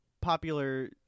popular